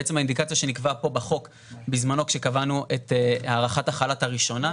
בעצם האינדיקציה שנקבעה פה בחוק בזמנו כשקבענו את הארכת החל"ת הראשונה,